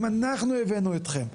אם אנחנו הבאנו אותכם,